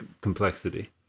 complexity